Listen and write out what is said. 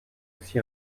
aussi